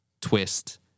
twist